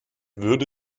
würde